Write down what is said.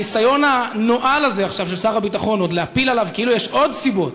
הניסיון הנואל הזה עכשיו של שר הביטחון עוד להפיל כאילו יש עוד סיבות,